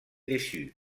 dessus